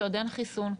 כשעוד אין חיסון כאן.